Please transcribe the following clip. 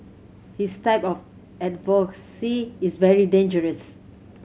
his type of advocacy is very dangerous